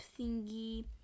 thingy